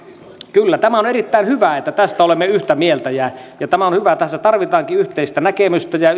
kyllä tämä on erittäin hyvä että tästä olemme yhtä mieltä tämä on hyvä tässä tarvitaankin yhteistä näkemystä ja